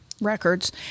records